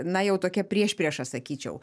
na jau tokia priešprieša sakyčiau